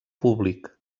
públic